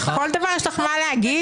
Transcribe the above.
כל דבר יש לך מה להגיד?